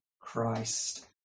Christ